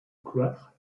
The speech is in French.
cloître